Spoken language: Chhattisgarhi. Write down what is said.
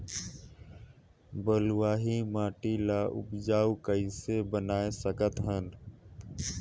बलुही माटी ल उपजाऊ कइसे बनाय सकत हन?